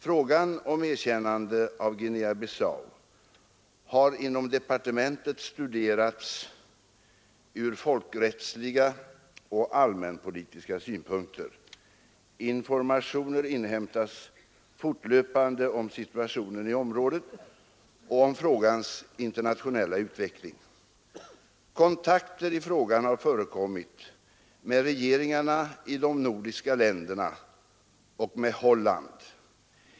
Frågan om erkännande av Guinea-Bissau har inom departementet studerats ur folkrättsliga och allmänpolitiska synpunkter. Informationer inhämtas fortlöpande om situationen i området och om frågans internationella utveckling. Kontakter i frågan har förekommit med regeringarna i de nordiska länderna och Holland.